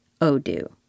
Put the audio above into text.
Odoo